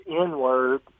N-word